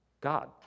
God